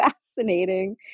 fascinating